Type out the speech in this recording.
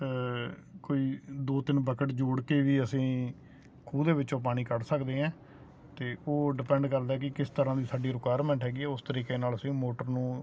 ਕੋਈ ਦੋ ਤਿੰਨ ਬਕਟ ਜੋੜ ਕੇ ਵੀ ਅਸੀਂ ਖੂਹ ਦੇ ਵਿੱਚੋਂ ਪਾਣੀ ਕੱਢ ਸਕਦੇ ਹਾਂ ਅਤੇ ਉਹ ਡਿਪੈਂਡ ਕਰਦਾ ਕਿ ਕਿਸ ਤਰ੍ਹਾਂ ਦੀ ਸਾਡੀ ਰਿਕੁਆਇਰਮੈਂਟ ਹੈਗੀ ਉਸ ਤਰੀਕੇ ਨਾਲ ਅਸੀਂ ਮੋਟਰ ਨੂੰ